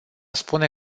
spune